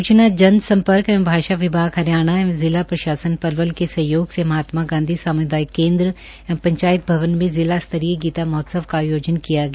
सूचना जन सम्पर्क एवं भाषा विभाग हरियाणा एवं जिला प्रशासन पलवल के सहयोग से महात्मा गांधी सामुदायिक केन्द्र एवं पंचायत भवन में जिला स्तरीय गीता महोत्सव का आयोजन किया गया